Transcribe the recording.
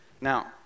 Now